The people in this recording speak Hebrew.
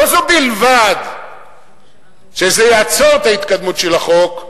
לא זו בלבד שזה יעצור את ההתקדמות של החוק,